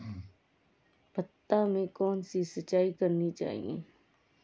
भाता में कौन सी सिंचाई करनी चाहिये?